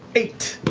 eight.